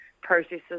processes